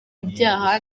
ibyaha